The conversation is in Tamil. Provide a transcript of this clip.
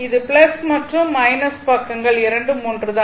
அது மற்றும் மைனஸ் பக்கங்கள் இரண்டும் ஒன்றுதான்